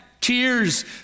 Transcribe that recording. tears